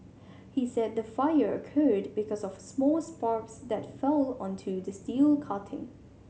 he said the fire occurred because of small sparks that fell onto the steel cutting